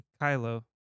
Kylo